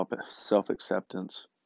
self-acceptance